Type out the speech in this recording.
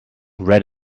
read